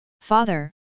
Father